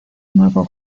nuevo